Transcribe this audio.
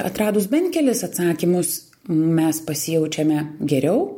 atradus bent kelis atsakymus mes pasijaučiame geriau